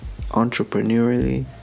entrepreneurially